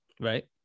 right